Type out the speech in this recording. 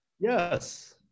Yes